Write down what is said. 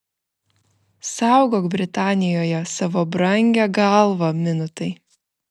saugok britanijoje savo brangią galvą minutai